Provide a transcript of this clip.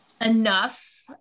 enough